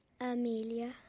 Amelia